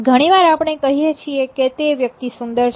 ઘણીવાર આપણે કહીએ છીએ કે તે વ્યક્તિ સુંદર છે